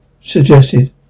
Suggested